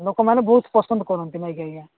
ଲୋକମାନେ ବହୁତ ପସନ୍ଦ କରନ୍ତି ନାଇ କି ଆଜ୍ଞା